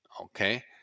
okay